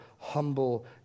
humble